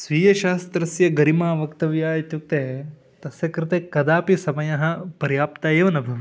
स्वीयशास्त्रस्यगरिमा वक्तव्या इत्युक्ते तस्य कृते कदापि समयः पर्याप्तम् एव न भवति